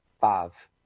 five